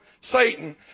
Satan